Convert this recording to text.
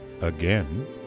again